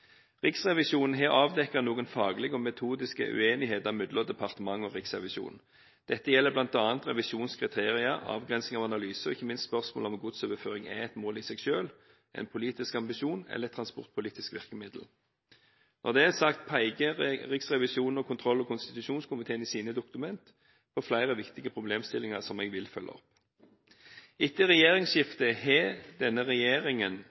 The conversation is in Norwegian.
Riksrevisjonen har avdekket noen faglige og metodiske uenigheter mellom departementet og Riksrevisjonen. Dette gjelder bl.a. revisjonskriterier, avgrensing av analyse og ikke minst spørsmålet om hvorvidt godsoverføring er et mål i seg selv, en politisk ambisjon eller et transportpolitisk virkemiddel. Når det er sagt, peker Riksrevisjonen og kontroll- og konstitusjonskomiteen i sine dokument på flere viktige problemstillinger som jeg vil følge opp. Etter regjeringsskiftet har denne regjeringen